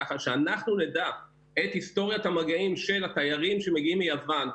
כך שאנחנו נדע את היסטוריית המגעים של התיירים שמגיעים מיוון,